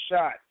shot